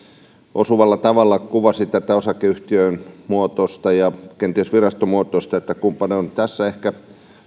osuvalla tavalla kuvasi osakeyhtiömuotoista ja virastomuotoista tässä